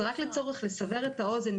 רק לסבר את האוזן,